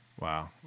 Wow